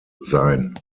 sein